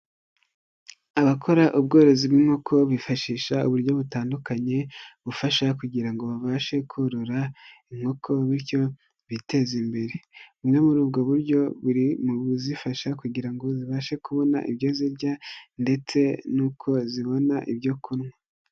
Abakora ubworozi bw'inkoko bifashisha uburyo butandukanye, bufasha kugira ngo babashe korora inkoko bityo biteze imbere, bumwe muri ubwo buryo mu buzifasha kugira ngo zibashe kubona ibyo zirya, ndetse n'uko zibona ibyo kunywa.